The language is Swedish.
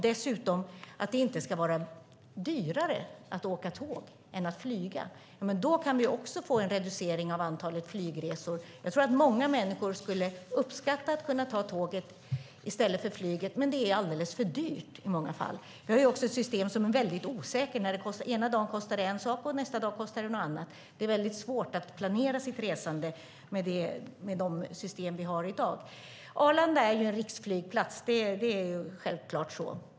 Det ska inte heller vara dyrare att åka tåg än att flyga. Då kan vi få en reducering av antalet flygresor. Jag tror att många människor skulle uppskatta om de kunde ta tåget i stället för att ta flyget, men det är i många fall alldeles för dyrt. Vi har också ett system som är mycket osäkert när det ena dagen är ett pris och en annan dag är ett annat pris. Det är mycket svårt att planera sitt resande med det system som vi har i dag. Arlanda är en riksflygplats. Självklart är det så.